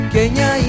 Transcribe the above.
Kenya